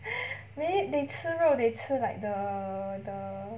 may~ they 吃肉 they 吃 like the the